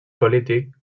polític